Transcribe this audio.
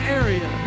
area